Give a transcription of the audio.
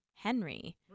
henry